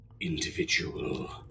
individual